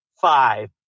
Five